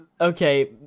Okay